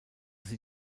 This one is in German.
sie